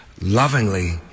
lovingly